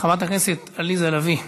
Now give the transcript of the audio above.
חברת הכנסת עליזה לביא,